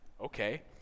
okay